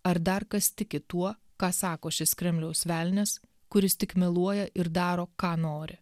ar dar kas tiki tuo ką sako šis kremliaus velnias kuris tik meluoja ir daro ką nori